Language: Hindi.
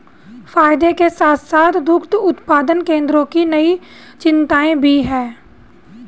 फायदे के साथ साथ दुग्ध उत्पादन केंद्रों की कई चिंताएं भी हैं